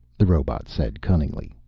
the robot said cunningly.